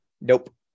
nope